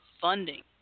funding